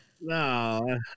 no